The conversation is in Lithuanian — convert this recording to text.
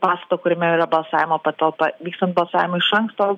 pastato kuriame yra kuriame yra balsavimo patalpa vykstant balsavimui iš anksto